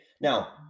Now